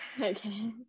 Okay